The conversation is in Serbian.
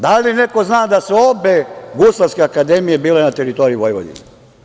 Da li neko zna da su obe guslarske akademije bile na teritoriji Vojvodine?